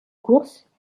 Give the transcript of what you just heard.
course